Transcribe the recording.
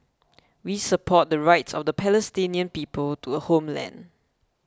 we support the rights of the Palestinian people to a homeland